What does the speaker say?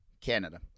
Canada